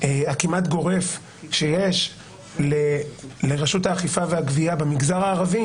הכמעט גורף שיש לרשות האכיפה והגבייה במגזר הערבי